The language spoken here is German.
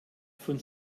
von